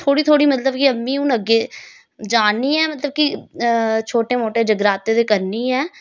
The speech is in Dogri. थोह्ड़ी थोह्ड़ा मतलब अमी हून अग्गें जा नी आं मतलब कि छोटे मोटे जगराते ते करनी आं